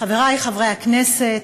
חברי חברי הכנסת,